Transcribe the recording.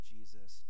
Jesus